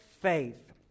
Faith